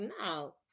no